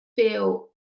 feel